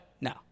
No